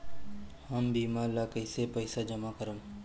हम बीमा ला कईसे पईसा जमा करम?